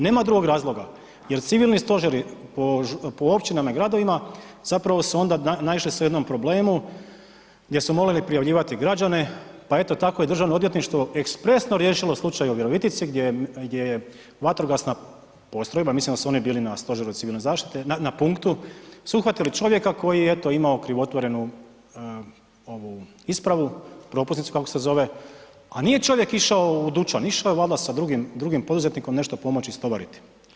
Nema dugog razloga jer civilni stožeri po općinama i gradovima zapravo su onda naišli su jednom problemu gdje su molili prijavljivati građane pa eto tako i Državno odvjetništvo ekspresno riješilo slučaj u Virovitici gdje je vatrogasna postrojba, mislim da su oni bili na stožeru civilne zaštite, na punktu, su uhvatili čovjeka koji je eto imao krivotvorenu ovu ispravu, propusnicu kako se zove, a nije čovjek išao u dućan išao je valjda sa drugim poduzetnikom nešto pomoći istovariti.